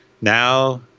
Now